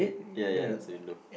ya ya it's a window